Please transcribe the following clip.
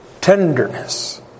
tenderness